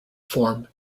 form